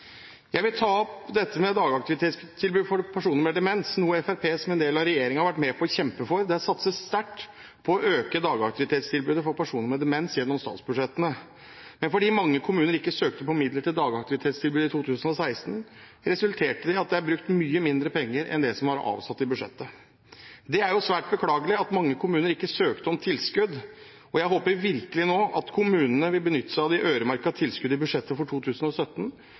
Jeg vil ta opp dette med dagaktivitetstilbud for personer med demens, noe Fremskrittspartiet, som en del av regjeringen, har vært med på å kjempe for. Det satses sterkt på å øke dagaktivitetstilbudet for personer med demens gjennom statsbudsjettene, men det at mange kommuner ikke søkte på midler til dagaktivitetstilbud i 2016, resulterte i at det er brukt mye mindre penger enn det som er avsatt i budsjettet. Det er svært beklagelig at mange kommuner ikke søkte om tilskudd, og jeg håper virkelig at kommunene nå vil benytte seg av de øremerkede tilskuddene i budsjettet for 2017,